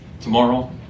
tomorrow